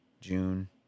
June